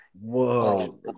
Whoa